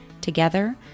Together